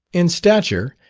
in stature,